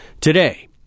Today